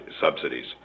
subsidies